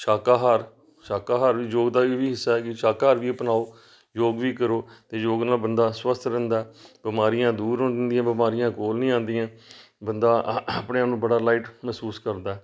ਸ਼ਾਕਾਹਾਰ ਸ਼ਾਕਾਹਾਰ ਵੀ ਯੋਗਦਾ ਵੀ ਹਿੱਸਾ ਹੈ ਕਿ ਸ਼ਾਕਾਹਾਰ ਵੀ ਅਪਣਾਓ ਯੋਗ ਵੀ ਕਰੋ ਅਤੇ ਯੋਗ ਨਾਲ ਬੰਦਾ ਸਵੱਸਥ ਰਹਿੰਦਾ ਬਿਮਾਰੀਆਂ ਦੂਰ ਹੁੰ ਹੁੰਦੀਆਂ ਬਿਮਾਰੀਆਂ ਕੋਲ ਨਹੀਂ ਆਉਂਦੀਆਂ ਬੰਦਾ ਆਪਣੇ ਆਪ ਨੂੰ ਬੜਾ ਲਾਈਟ ਮਹਿਸੂਸ ਕਰਦਾ